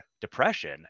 depression